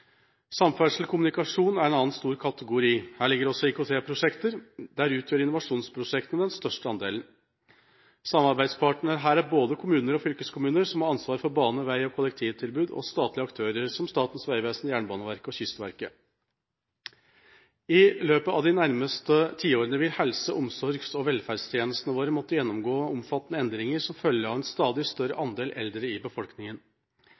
er en annen stor kategori. Her ligger også IKT-prosjektene. Der utgjør innovasjonsprosjektene den største andelen. Samarbeidspartnerne her er både kommuner og fylkeskommuner, som har ansvar for bane, vei og kollektivtilbud, og statlige aktører, som Statens vegvesen, Jernbaneverket og Kystverket. I løpet av de nærmeste tiårene vil helse-, omsorgs- og velferdstjenestene våre måtte gjennomgå omfattende endringer som følge av en stadig større andel eldre i befolkningen.